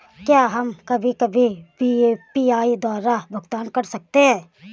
क्या हम कभी कभी भी यू.पी.आई द्वारा भुगतान कर सकते हैं?